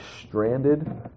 stranded